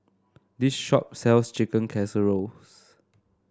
this shop sells Chicken Casserole